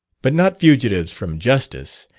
but not fugitives from justice,